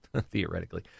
theoretically